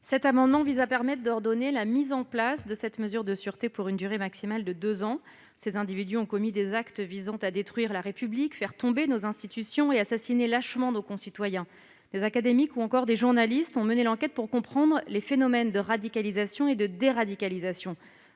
Cet amendement vise à permettre d'ordonner la mise en place de la mesure de sûreté pour une durée maximale de deux ans. Ces individus ont commis des actes visant à détruire la République, faire tomber nos institutions et assassiner lâchement nos concitoyens. Des académiques et des journalistes ont mené des enquêtes pour comprendre les phénomènes de radicalisation et de déradicalisation